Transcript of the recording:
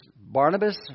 Barnabas